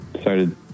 started